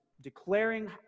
declaring